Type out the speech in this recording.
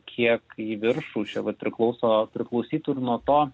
kiek į viršų čia vat priklauso priklausytų ir nuo to